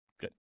Good